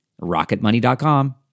rocketmoney.com